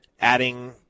adding –